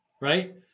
Right